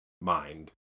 mind